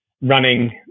running